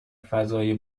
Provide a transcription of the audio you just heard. فضای